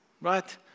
Right